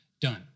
done